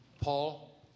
Paul